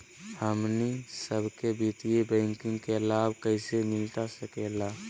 हमनी सबके वित्तीय बैंकिंग के लाभ कैसे मिलता सके ला?